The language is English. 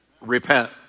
repent